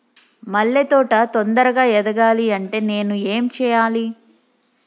మల్లె తోట తొందరగా ఎదగాలి అంటే నేను ఏం చేయాలి?